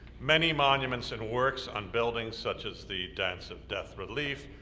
many monuments and works on buildings such as the dance of death relief,